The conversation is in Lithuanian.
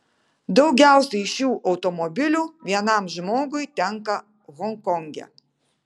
daugiausiai šių automobilių vienam žmogui tenka honkonge